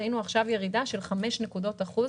התחלנו לראות ירידה של 5 נקודות אחוז.